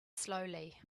slowly